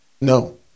No